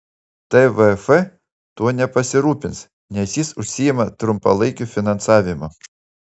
tvf tuo nepasirūpins nes jis užsiima trumpalaikiu finansavimu